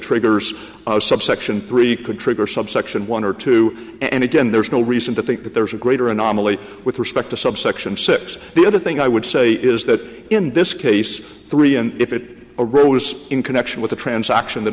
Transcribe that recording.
triggers subsection three could trigger subsection one or two and again there's no reason to think that there's a greater anomaly with respect to subsection six the other thing i would say is that in this case three and if it arose in connection with a transaction that